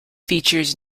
features